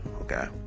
okay